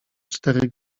cztery